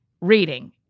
reading